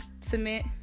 submit